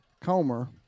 Comer